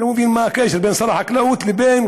אני לא מבין מה הקשר בין שר החקלאות לבין